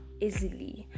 easily